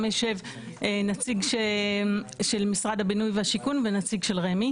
יישב נציג של משרד הבינוי והשיכון ונציג של רמ"י,